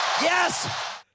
Yes